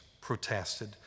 protested